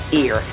ear